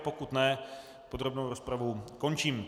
Pokud ne, podrobnou rozpravu končím.